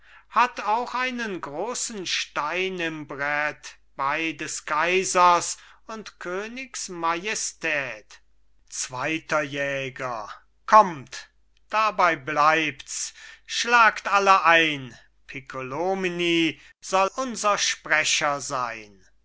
hat auch einen großen stein im brett bei des kaisers und königs majestät zweiter jäger kommt dabei bleibts schlagt alle ein piccolomini soll unser sprecher sein